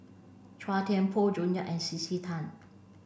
Chua Thian Poh June Yap and C C Tan